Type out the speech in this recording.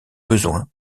besoin